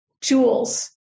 jewels